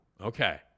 Okay